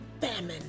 famine